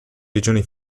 regione